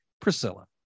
Priscilla